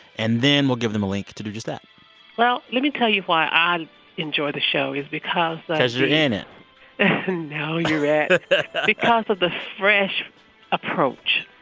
and then we'll give them a link to do just that well, let me tell you why i enjoy the show is because of the. because you're in it no, you rat. because of the fresh approach.